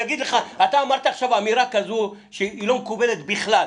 אתה אמרת עכשיו אמירה כזו שהיא לא מקובלת בכלל.